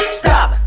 stop